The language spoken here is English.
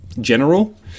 general